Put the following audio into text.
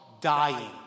dying